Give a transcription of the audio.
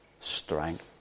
strength